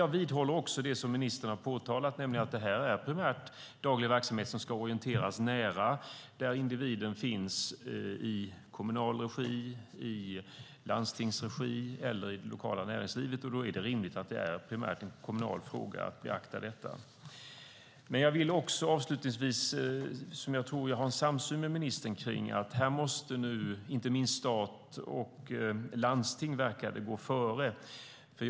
Jag vidhåller det som ministern har påtalat, nämligen att detta primärt är daglig verksamhet som ska orienteras nära individen i kommunal regi, i landstingsregi eller i det lokala näringslivet. Då är det rimligt att det primärt är en kommunal fråga att beakta detta. Avslutningsvis tror jag att jag har en samsyn med ministern på att inte minst stat och landsting måste gå före här.